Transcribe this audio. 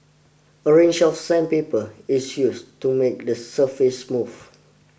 a range of sandpaper is used to make the surface smooth